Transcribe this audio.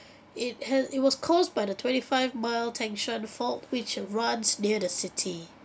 it had it was caused by the twenty five mile tangshan fault which runs near the city